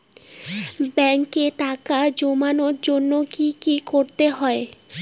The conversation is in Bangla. ব্যাংকে টাকা জমানোর জন্য কি কি করতে হয়?